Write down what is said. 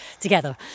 together